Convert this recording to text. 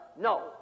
No